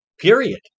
Period